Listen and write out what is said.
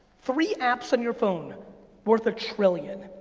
three apps on your phone worth a trillion.